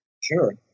Sure